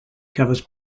covers